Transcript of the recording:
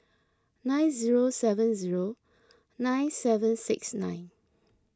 nine zero seven zero nine seven six nine